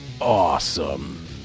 awesome